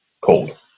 cold